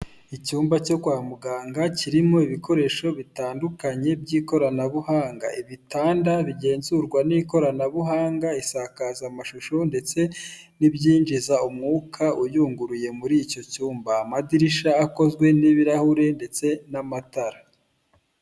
Icyumba cyo kwa muganga kirimo ibikoresho bitandukanye by'ikoranabuhanga ibitanda bigenzurwa n'ikoranabuhanga, isakaza mashusho ndetse n'iibyinjiza umwuka uyunguruye muri icyo cyumba, amadirishya akozwe n'ibirahure ndetse n'amatara.